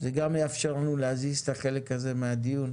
זה גם יאפשר לנו להזיז את החלק הזה מהדיון.